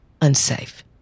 unsafe